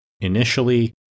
initially